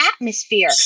atmosphere